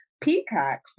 Peacock